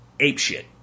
apeshit